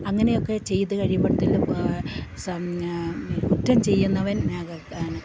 അങ്ങനെയൊക്കെ ചെയ്ത് കഴിയുമ്പത്തേക്കും കുറ്റം ചെയ്യുന്നവൻ അകത്താണ്